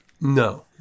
No